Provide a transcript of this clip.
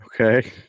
Okay